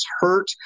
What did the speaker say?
Hurt